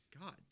God